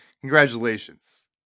Congratulations